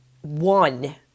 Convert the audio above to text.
one